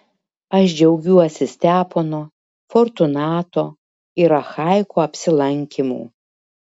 aš džiaugiuosi stepono fortunato ir achaiko apsilankymu